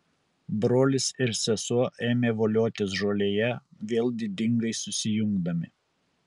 brolis ir sesuo ėmė voliotis žolėje vėl didingai susijungdami